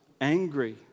angry